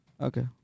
Okay